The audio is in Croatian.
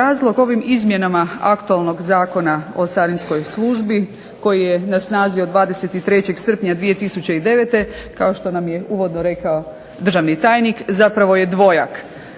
Razlog ovim izmjenama aktualnog zakona o Carinskoj službi koji je na snazi od 23. srpnja 2009. kao što nam je uvodno rekao državni tajnik zapravo je dvojak.